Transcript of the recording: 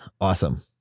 Awesome